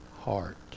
heart